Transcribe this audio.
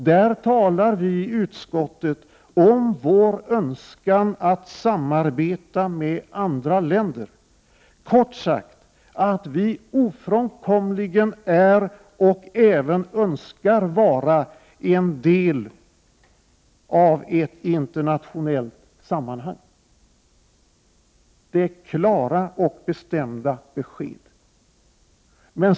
Där talar vi i utskottet om ”vår önskan att samarbeta med andra länder — kort sagt att vi ofrånkomligen är och även önskar vara del av ett internationellt sammanhang”. Det är klara och bestämda besked.